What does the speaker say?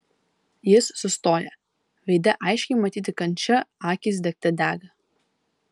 jis sustoja veide aiškiai matyti kančia akys degte dega